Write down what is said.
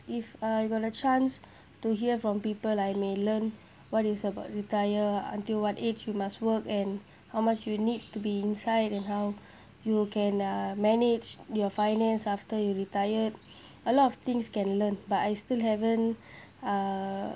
if I got a chance to hear from people I may learn what is about retire until what age you must work and how much you need to be inside and how you can uh manage your finance after you retired a lot of things can learn but I still haven't uh